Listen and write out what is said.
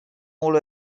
all